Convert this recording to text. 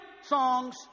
songs